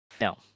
No